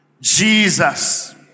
Jesus